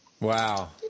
Wow